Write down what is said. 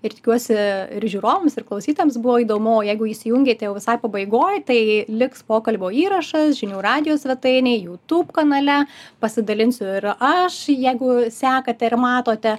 ir tikiuosi ir žiūrovams ir klausytojams buvo įdomu jeigu įsijungėt jau visai pabaigoj tai liks pokalbio įrašas žinių radijo svetainėj youtube kanale pasidalinsiu ir aš jeigu sekate ir matote